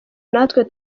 natwe